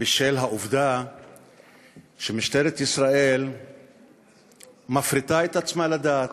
בשל העובדה שמשטרת ישראל מפריטה את עצמה לדעת.